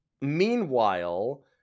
meanwhile